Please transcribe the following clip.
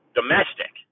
domestic